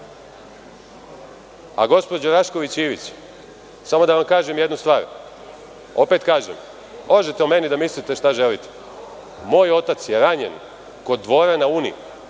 desilo. Gospođo Rašković Ivić, samo da vam kažem jednu stvar, opet kažem, možete o meni da mislite šta želite, moj otac je ranjen kod Dvora na Uni 8.